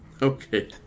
Okay